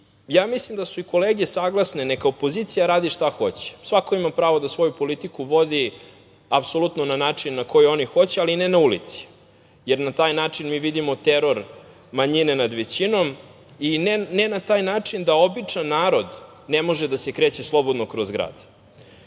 Mislim da su i kolege saglasne, neka opozicija radi šta hoće. Svako ima pravo da svoju politiku vodi na način na koji oni hoće, ali ne na ulici, jer na taj način vidimo teror manjine nad većinom i ne na taj način da običan narod ne može da se kreće slobodno kroz